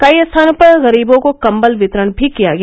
कई स्थानों पर गरीबों को कंबल वितरण भी किया गया